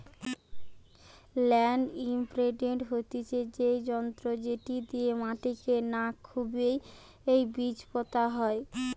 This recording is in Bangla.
ল্যান্ড ইমপ্রিন্টের হতিছে সেই যন্ত্র যেটি দিয়া মাটিকে না খুবই বীজ পোতা হয়